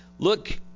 Look